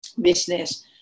business